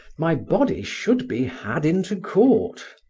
my body should be had into court.